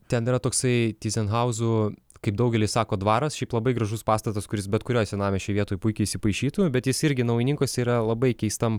ten yra toksai tyzenhauzų kaip daugelis sako dvaras šiaip labai gražus pastatas kuris bet kurioj senamiesčio vietoj puikiai įsipaišytų bet jis irgi naujininkuose yra labai keistam